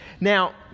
Now